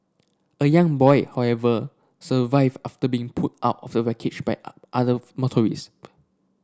a young boy however survived after being pulled out of the wreckage by other motorist